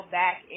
back